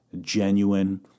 genuine